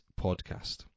podcast